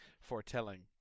foretelling